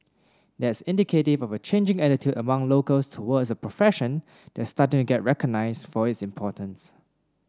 that's indicative of a changing attitude among locals towards a profession that's starting to get recognised for its importance